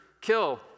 kill